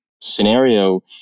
scenario